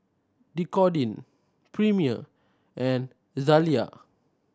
Dequadin Premier and Zalia